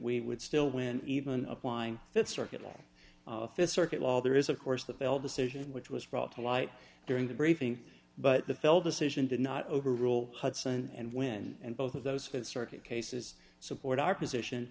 we would still win even applying that circuit all circuit law there is of course the bell decision which was brought to light during the briefing but the fell decision did not overrule hudson and when and both of those th circuit cases support our position